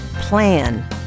Plan